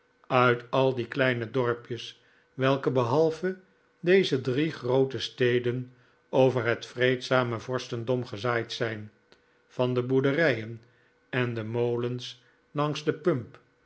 uit al de kleine dorpjes welke behalve deze drie groote steden over het vreedzame vorstendom gezaaid zijn van de boerderijen en de molens langs de pump